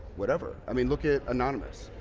whatever. i mean look at anonymous.